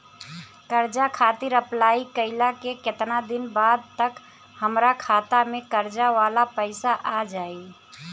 कर्जा खातिर अप्लाई कईला के केतना दिन बाद तक हमरा खाता मे कर्जा वाला पैसा आ जायी?